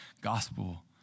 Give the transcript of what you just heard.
gospel